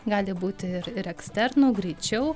gali būti ir ir eksternu greičiau